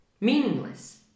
Meaningless